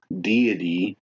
deity